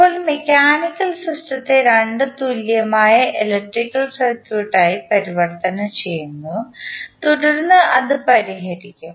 ഇപ്പോൾ മെക്കാനിക്കൽ സിസ്റ്റത്തെ രണ്ട് തുല്യമായ ഇലക്ട്രിക്കൽ സർക്യൂട്ടായി പരിവർത്തനം ചെയ്യുന്നു തുടർന്ന് അത് പരിഹരിക്കും